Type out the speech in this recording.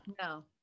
no